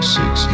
six